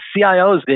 CIOs